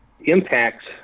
impacts